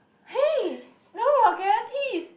hey no vulgarities